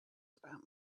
about